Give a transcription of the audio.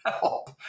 help